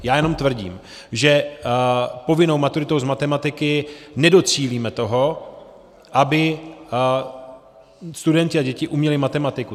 Já jenom tvrdím, že povinnou maturitou z matematiky nedocílíme toho, aby studenti a děti uměli matematiku.